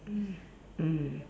mm mm